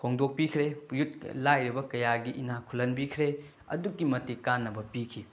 ꯍꯣꯡꯗꯣꯛꯄꯤꯈ꯭ꯔꯦ ꯌꯨꯠ ꯂꯥꯏꯔꯕ ꯀꯌꯥꯒꯤ ꯏꯅꯥꯛ ꯈꯨꯜꯍꯟꯕꯤꯈ꯭ꯔꯦ ꯑꯗꯨꯛꯀꯤ ꯃꯇꯤꯛ ꯀꯥꯟꯅꯕ ꯄꯤꯈꯤ